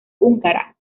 húngara